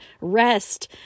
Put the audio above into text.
rest